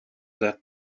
that